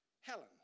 Helen